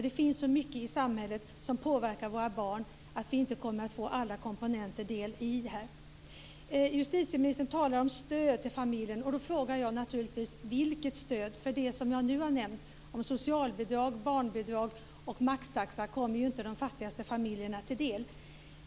Det finns så mycket i samhället som påverkar våra barn att vi inte kommer att få med alla komponenter här. Justitieministern talar om stöd till familjen. Då frågar jag naturligtvis: Vilket stöd? De som jag nu har nämnt - socialbidrag, barnbidrag och maxtaxa - kommer ju inte de fattigaste familjerna till del.